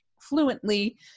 fluently